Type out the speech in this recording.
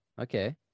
okay